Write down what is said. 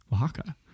Oaxaca